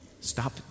stop